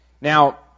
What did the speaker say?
Now